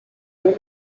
tout